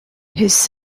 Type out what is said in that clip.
his